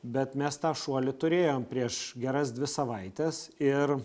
bet mes tą šuolį turėjom prieš geras dvi savaites ir